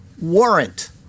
warrant